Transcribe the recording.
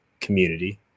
community